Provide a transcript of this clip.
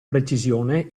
precisione